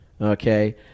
Okay